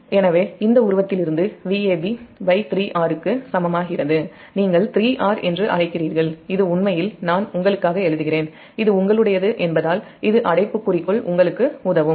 எனவே இந்த உருவத்திலிருந்து Vab3R க்கு சமமாகிறது நீங்கள் 3R என்று அழைக்கிறீர்கள்இது உண்மையில் உங்களுடையது என்பதால் இது அடைப்புக்குறிக்குள் உங்களுக்கு உதவும்